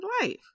life